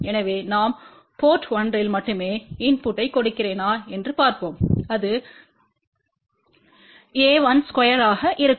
எனவே நான் போர்ட் 1 இல் மட்டுமே இன்புட்டைக் கொடுக்கிறேனா என்று பார்ப்போம் அது a1ஸ்கொயர்மாக இருக்கும்